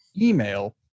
email